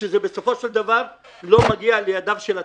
שזה בסופו של דבר לא מגיע לידיו של הצרכן.